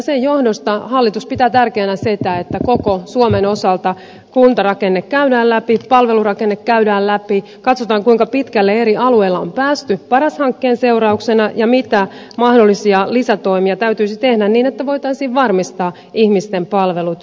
sen johdosta hallitus pitää tärkeänä sitä että koko suomen osalta kuntarakenne käydään läpi palvelurakenne käydään läpi katsotaan kuinka pitkälle eri alueilla on päästy paras hankkeen seurauksena ja mitä mahdollisia lisätoimia täytyisi tehdä niin että voitaisiin varmistaa ihmisten palvelut jatkossa